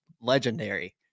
legendary